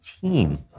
team